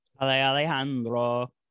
alejandro